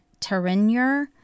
Terenure